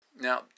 Now